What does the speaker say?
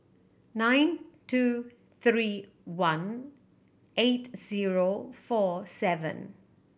nine two three one eight zero four seven